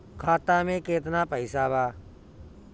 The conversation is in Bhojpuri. खाता में केतना पइसा बा?